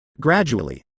Gradually